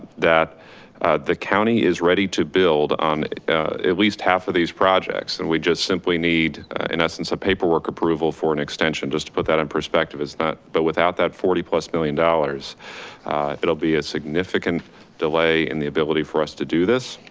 that the county is ready to build on at least half of these projects. and we just simply need in essence a paperwork approval for an extension, just to put that in perspective is that but without that forty dollars plus million, it'll be a significant delay in the ability for us to do this.